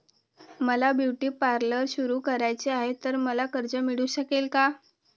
मला beauty parlour सुरू करायचे आहे तर मला कर्ज मिळू शकेल का?